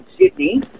Sydney